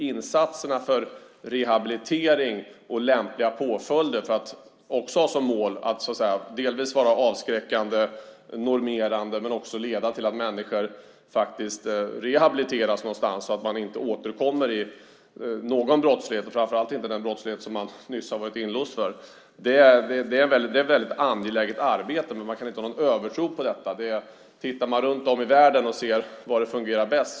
Insatserna för rehabilitering och lämplig påföljd med målet att påföljden ska vara avskräckande, normerande, och också leda till att människor rehabiliteras någonstans så att de inte återkommer i någon brottslighet, framför allt inte i den brottslighet som man strax innan varit inlåst för, är ett väldigt angeläget arbete. Men man kan inte ha en övertro på detta. Man kan titta på hur det är runt om i världen och se var det fungerar bäst.